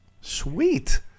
Sweet